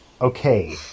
Okay